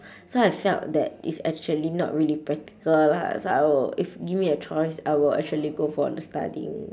so I felt that it's actually not really practical lah so I will if give me a choice I would actually go for the studying